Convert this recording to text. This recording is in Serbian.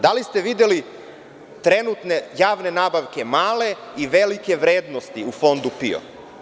Da li ste videli trenutne javne nabavke male i velike vrednosti u Fondu PIO?